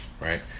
right